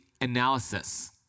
analysis